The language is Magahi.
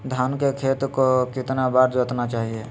धान के खेत को कितना बार जोतना चाहिए?